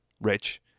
Rich